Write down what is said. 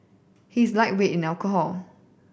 he is a lightweight in alcohol